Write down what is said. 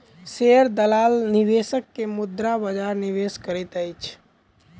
share दलाल निवेशक के मुद्रा बजार निवेश करैत अछि